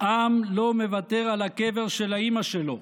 עם לא מוותר על הקבר של האימא שלו,